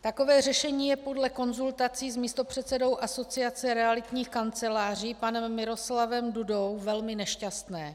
Takové řešení je podle konzultací s místopředsedou Asociace realitních kanceláří panem Miroslavem Dudou velmi nešťastné.